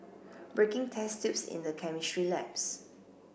breaking test tubes in the chemistry labs